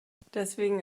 deswegen